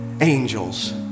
angels